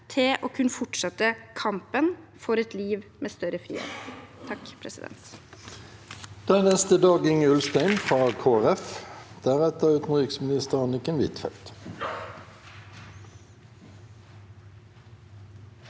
til å kunne fortsette kampen for et liv med større frihet. Dag-Inge